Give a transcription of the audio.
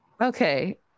Okay